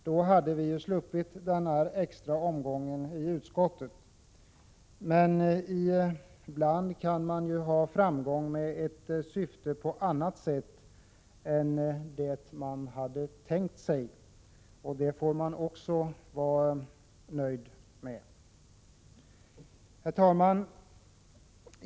Då hade vi sluppit denna extra omgång i utskottet. Men ibland kan man ha framgång med ett syfte på annat sätt än man hade tänkt sig, och det får man också vara nöjd med. Herr talman!